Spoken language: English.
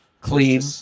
Clean